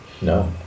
No